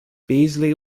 beasley